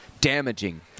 damaging